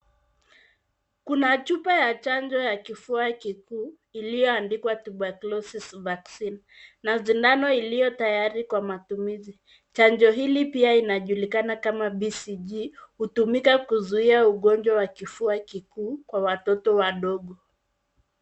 Kuna chupa ya chanjo ya kifua kikuu iliyoandikwa tuberclosis vaccine na sindano iliyo tayari kwa matumizi. Chanjo hili pia linajulikana kama BCG. Hutumika kuzuia ugonjwa wa kifua kikuu kwa watoto wadogo.